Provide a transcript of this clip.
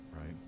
right